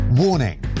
Warning